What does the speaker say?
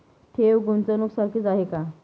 ठेव, गुंतवणूक सारखीच आहे का?